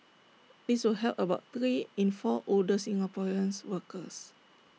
this will help about three in four older Singaporean workers